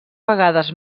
vegades